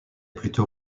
plutôt